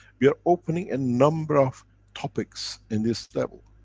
we are opening a number of topics in this level.